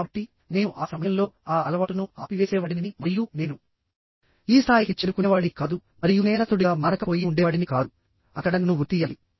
కాబట్టినేను ఆ సమయంలో ఆ అలవాటును ఆపివేసేవాడిని మరియు నేను ఈ స్థాయికి చేరుకునేవాడిని కాదు మరియు నేరస్థుడిగా మారక పోయీ ఉండేవాడిని కాదు అక్కడ నన్ను ఉరితీయాలి